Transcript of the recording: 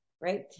Right